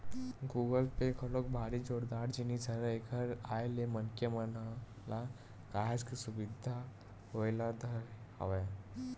Google Pay घलोक भारी जोरदार जिनिस हरय एखर आय ले मनखे मन ल काहेच के सुबिधा होय ल धरे हवय